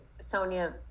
Sonia